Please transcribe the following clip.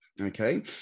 Okay